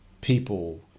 people